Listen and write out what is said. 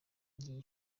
ngiyi